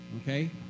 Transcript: Okay